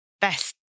best